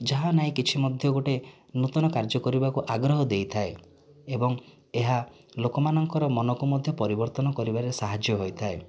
ଯାହା ନାହିଁ କିଛି ମଧ୍ୟ ଗୋଟିଏ ନୂତନ କାର୍ଯ୍ୟ କରିବାକୁ ଆଗ୍ରହ ଦେଇଥାଏ ଏବଂ ଏହା ଲୋକମାନଙ୍କର ମନକୁ ମଧ୍ୟ ପରିବର୍ତ୍ତନ କରିବାରେ ସାହାଯ୍ୟ ହୋଇଥାଏ